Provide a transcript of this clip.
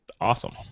Awesome